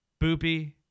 Boopy